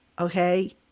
okay